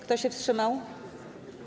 Kto się wstrzymał?